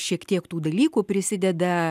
šiek tiek tų dalykų prisideda